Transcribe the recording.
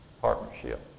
partnership